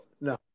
no